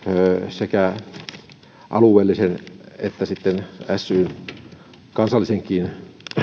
sekä alueellisesti että kansallisesti syn